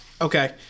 okay